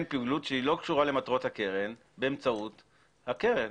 פעילות שהיא לא קשורה למטרות הקרן באמצעות הקרן?